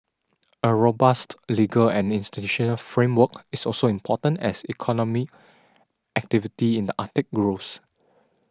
a robust legal and institutional framework is also important as economic activity in the Arctic grows